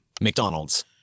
McDonald's